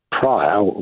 prior